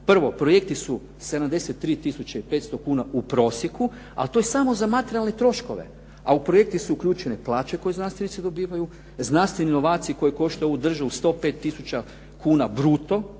Prvo, projekti su 73 tisuće 500 kuna u prosjeku, ali to je samo za materijalne troškove, a u projekte su uključene i plaće koje znanstvenici dobivaju, znanstveni novaci koji koštaju ovu državu 105 tisuća kuna bruto